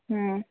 ꯎꯝ